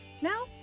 now